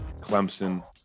Clemson